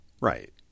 Right